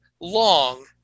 long